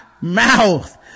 mouth